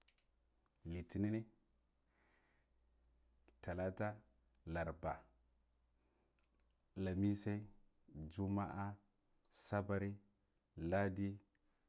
Litinin, talata, laraba, lamise, juma'a, sabare, ladeh.